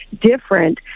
different